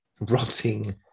Rotting